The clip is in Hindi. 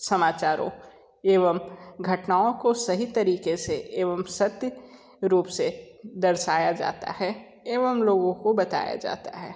समाचारो एवं घटनाओं को सही तरीके से एवं सत्य रूप से दर्शाया जाता है एवं लोगों को बताया जाता है